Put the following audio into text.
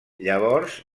llavors